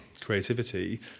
creativity